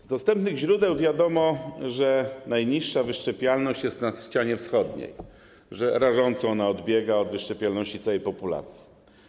Z dostępnych źródeł wiadomo, że najniższa wyszczepialność jest na ścianie wschodniej, gdzie rażąco odbiega od wyszczepialności całej populacji.